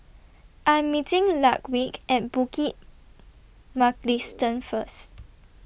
I Am meeting Ludwig At Bukit Mugliston First